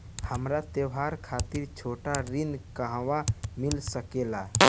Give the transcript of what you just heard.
हमरा त्योहार खातिर छोटा ऋण कहवा मिल सकेला?